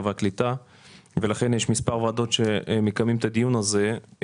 והקליטה ולכן יש מספר ועדות שמקיימים את הדיון הזה.